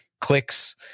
clicks